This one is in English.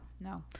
No